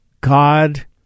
God